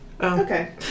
Okay